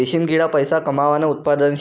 रेशीम किडा पैसा कमावानं उत्पादन शे